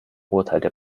urteilte